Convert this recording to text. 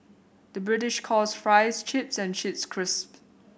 the British calls fries chips and chips crisps